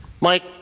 Mike